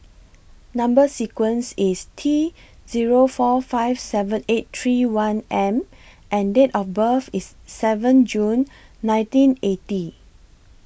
Number sequence IS T Zero four five seven eight three one M and Date of birth IS seven June nineteen eighty